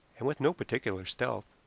and with no particular stealth.